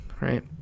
right